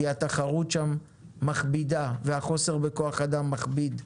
כי התחרות שם מכבידה והחוסר בכוח אדם מכביד.